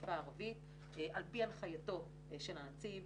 לשפה הערבית על פי הנחייתו של הנציב.